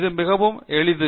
இது மிகவும் எளிது